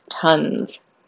tons